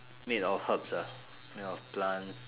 made of herbs ah made of plants